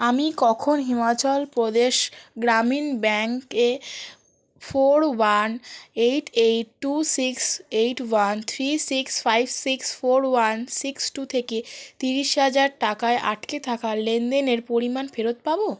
আমি কখন হিমাচল প্রদেশ গ্রামীণ ব্যাঙ্ক এ four one eight eight two six eight one three six five six four one six two থেকে ত্রিশ হাজার টাকায় আটকে থাকা লেনদেনের পরিমাণ ফেরত পাব